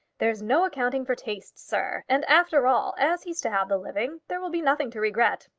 there's no accounting for tastes, sir. and, after all, as he's to have the living, there will be nothing to regret.